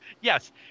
Yes